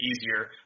easier